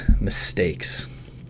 mistakes